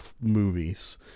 movies